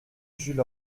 jules